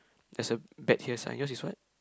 there's a bet here sign yours is what